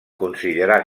considerar